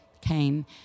came